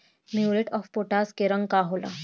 Muriate of potash के रंग का होला?